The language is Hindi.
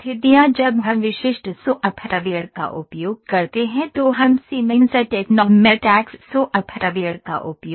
जब हम विशिष्ट सॉफ्टवेयर का उपयोग करते हैं तो हम सीमेंस टेक्नोमैटैक्स सॉफ्टवेयर का उपयोग करेंगे